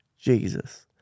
Jesus